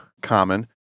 common